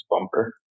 bumper